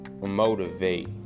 motivate